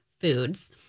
foods